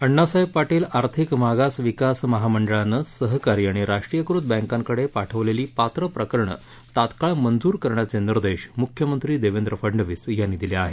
अण्णासाहेब पार्शित आर्थिक मागास विकास महामद्वळानखिहकारी आणि राष्ट्रीयकृत बँकाखिडे पाठवलेली पात्र प्रकरणव्रित्काळ मद्वूर करण्याचे निर्देश मुख्यमहीी देवेंद्र फडनवीस यातीी दिले आहेत